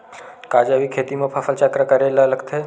का जैविक खेती म फसल चक्र करे ल लगथे?